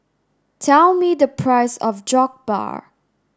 tell me the price of Jokbal